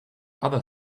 other